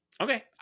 Okay